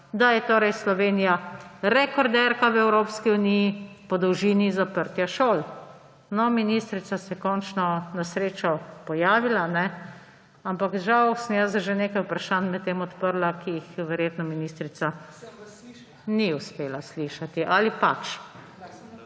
da je torej Slovenija rekorderka v Evropski uniji po dolžini zaprtja šol. No, ministrica se je končno na srečo pojavila, ampak žal sem jaz zdaj že nekaj vprašanj medtem odprla, ki jih verjetno ministrica …/ oglašanje iz